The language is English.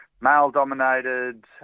male-dominated